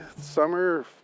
summer